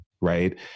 right